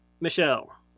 Michelle